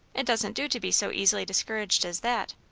it doesn't do to be so easily discouraged as that.